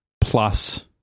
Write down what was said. plus